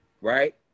right